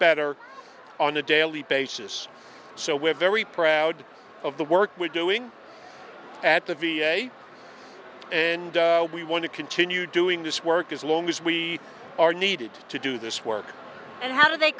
better on a daily basis so we're very proud of the work we're doing at the v a and we want to continue doing this work as long as we are needed to do this work and how do they